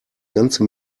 ganze